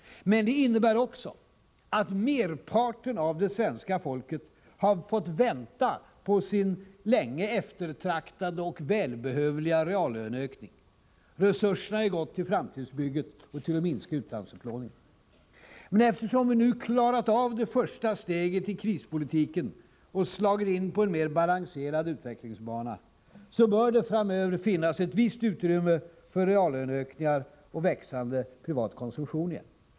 Men det innebär också att merparten av det svenska folket har fått vänta på sin länge eftertraktade och välbehövliga reallöneökning — resurserna har ju gått till framtidsbygget och till att minska utlandsupplåningen. Men eftersom vi nu klarat av det första steget i krispolitiken och slagit in på en mer balanserad utvecklingsbana, bör det framöver finnas ett visst utrymme för reallöneökningar och växande privat konsumtion igen.